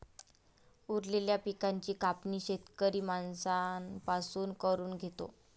उरलेल्या पिकाची कापणी शेतकरी माणसां पासून करून घेतो